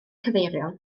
cyfeirio